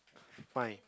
fine